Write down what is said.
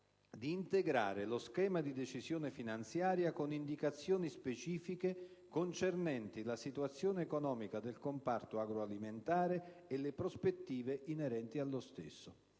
di integrare lo schema di decisione finanziaria con indicazioni specifiche concernenti la situazione economica del comparto agroalimentare e le prospettive inerenti allo stesso».